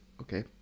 okay